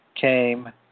came